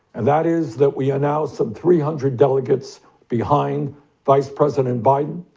and that is that we are now some three hundred delegates behind vice president biden.